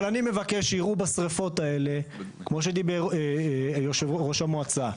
אבל אני מבקש שיראו בשרפות האלה כמו שדיבר יושב-ראש המועצה,